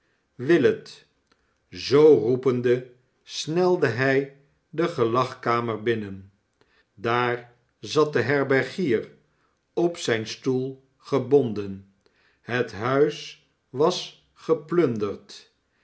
willet zoo roepende snelde hij de gelagkamer binnen daar zat de berbergier op zijn stoel gebonden het huis was